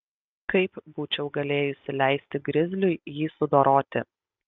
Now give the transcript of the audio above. kaip būčiau galėjusi leisti grizliui jį sudoroti